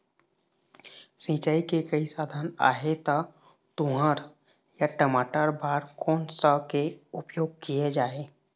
सिचाई के कई साधन आहे ता तुंहर या टमाटर बार कोन सा के उपयोग किए जाए?